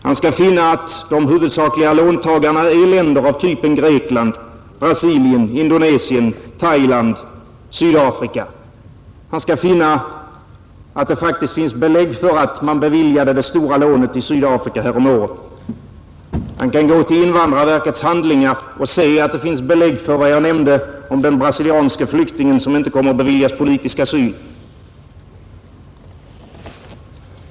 Han skall finna att de huvudsakliga låntagarna är länder av typen Grekland, Brasilien, Indonesien, Thailand, Sydafrika. Han skall finna att det faktiskt finns belägg för att man beviljade det stora lånet till Sydafrika härom året. Han kan gå till invandrarverkets handlingar och se att det finns belägg för vad jag nämnde om den brasilianske flyktingen som inte kommer att beviljas politisk asyl.